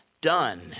done